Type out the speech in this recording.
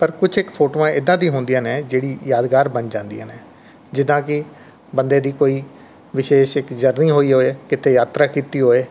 ਪਰ ਕੁਛ ਕੁ ਫੋਟੋਆਂ ਇੱਦਾਂ ਦੀਆਂ ਹੁੰਦੀਆਂ ਨੇ ਜਿਹੜੀ ਯਾਦਗਾਰ ਬਣ ਜਾਂਦੀਆਂ ਨੇ ਜਿੱਦਾਂ ਕਿ ਬੰਦੇ ਦੀ ਕੋਈ ਵਿਸ਼ੇਸ਼ ਜਰਨੀ ਇੱਕ ਹੋਈ ਹੋਵੇ ਕਿਤੇ ਯਾਤਰਾ ਕੀਤੀ ਹੋਵੇ